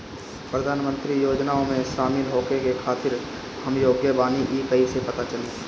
प्रधान मंत्री योजनओं में शामिल होखे के खातिर हम योग्य बानी ई कईसे पता चली?